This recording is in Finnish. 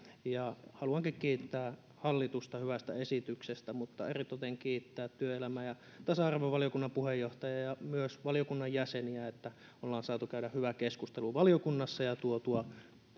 ja haluankin kiittää hallitusta hyvästä esityksestä mutta eritoten haluan kiittää työelämä ja tasa arvovaliokunnan puheenjohtajaa ja myös valiokunnan jäseniä että ollaan saatu käydä hyvä keskustelu valiokunnassa ja tuotua